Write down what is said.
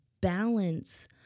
balance